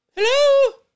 Hello